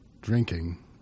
drinking